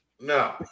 No